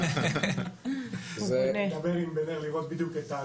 גם במתן שירותים,